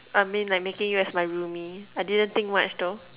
I mean like making you as my roomie I didn't think much though